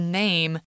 name